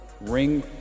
ring